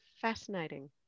fascinating